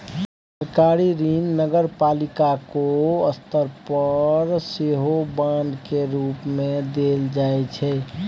सरकारी ऋण नगरपालिको स्तर पर सेहो बांड केर रूप मे देल जाइ छै